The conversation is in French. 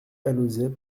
alauzet